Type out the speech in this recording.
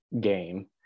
game